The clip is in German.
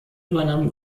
übernahm